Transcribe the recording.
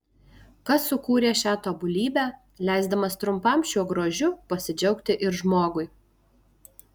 kas sukūrė šią tobulybę leisdamas trumpam šiuo grožiu pasidžiaugti ir žmogui